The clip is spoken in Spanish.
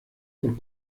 por